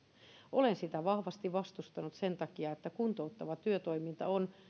olen sitä vahvasti vastustanut sen takia että kuntouttava työtoiminta on